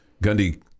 Gundy